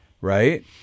right